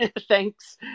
Thanks